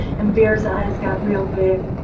and bear's eyes got real big.